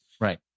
Right